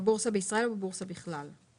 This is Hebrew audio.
בבורסה בישראל או בבורסה בכלל?